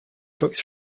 books